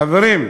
חברים,